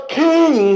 king